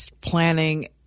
planning